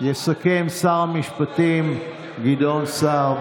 יסכם שר המשפטים גדעון סער,